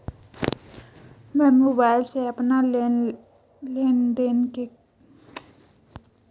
मैं मोबाइल से अपना लेन लेन देन कैसे जान सकता हूँ?